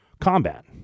combat